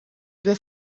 due